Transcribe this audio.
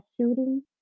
shooting